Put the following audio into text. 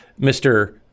Mr